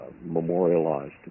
memorialized